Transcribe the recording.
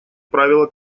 правило